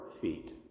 feet